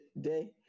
day